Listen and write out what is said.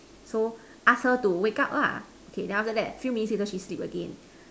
so ask her to wake up lah okay then after that few minutes later she sleep again